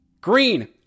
Green